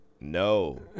no